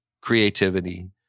creativity